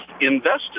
invested